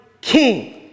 king